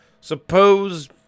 Suppose